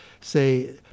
say